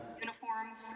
uniforms